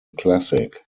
classic